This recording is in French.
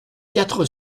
quatre